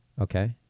Okay